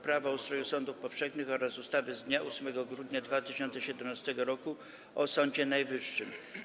Prawo o ustroju sądów powszechnych oraz ustawy z dnia 8 grudnia 2017 r. o Sądzie Najwyższym.